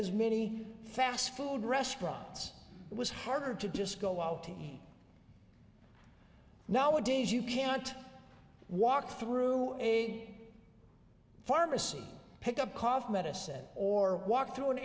as many fast food restaurants it was harder to just go out to me nowadays you can't walk through a pharmacy pick up cough medicine or walk through an